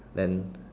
then